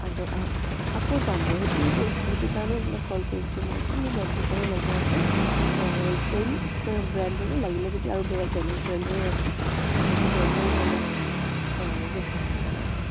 আগৰ আকৌ যাম মই সেইটো সেইটো কাৰণেই আপোনাক কল কৰিছিলোঁ মই আজি মোৰ ভণ্টীৰ কাৰণেও ল'ব আছে ছে'ম ব্ৰেণ্ডৰে লাগিলে যদি আৰু বেলেগ ব্ৰেণ্ডৰো আছে সেইটো ব্ৰেণ্ডৰো মই ল'ম জষ্ট ভাল হ'ব লাগে